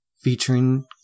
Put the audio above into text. featuring